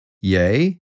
Yea